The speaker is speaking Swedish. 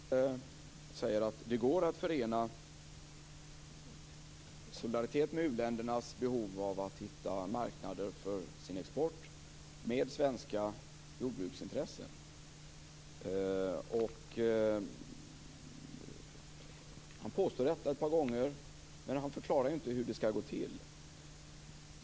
Fru talman! Göran Hägglund säger att det går att förena solidaritet med u-ländernas behov av att hitta marknader för sin export med svenska jordbruksintressen. Han påstår detta ett par gånger, men han förklarar inte hur det skall gå till.